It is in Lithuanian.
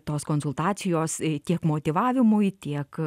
tos konsultacijos tiek motyvavimui tiek